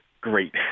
great